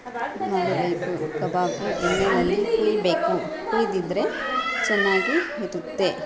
ಕಬಾಬ್ ಎಣ್ಣೆಯಲ್ಲಿ ಹುಯ್ಬೇಕು ಹುಯ್ದಿದ್ರೆ ಚೆನ್ನಾಗಿ ಇರುತ್ತೆ